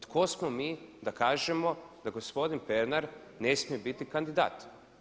Tko smo mi da kažemo da gospodin Pernar ne smije biti kandidat?